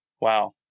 wow